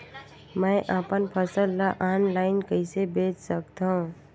मैं अपन फसल ल ऑनलाइन कइसे बेच सकथव?